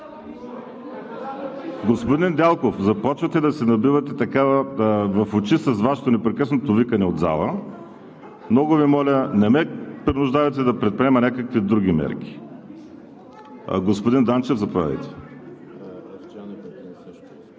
Господин Недялков, започвате да се набивате в очи с Вашето непрекъснато викане от залата. Много Ви моля, не ме принуждавайте да предприема някакви други мерки. Господин Данчев, заповядайте.